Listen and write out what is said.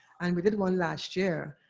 and we did one last year.